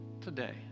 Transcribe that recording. today